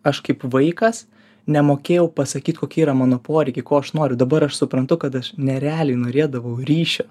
aš kaip vaikas nemokėjau pasakyt kokie yra mano poreikiai ko aš noriu dabar aš suprantu kad aš nerealiai norėdavau ryšio